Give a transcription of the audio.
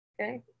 Okay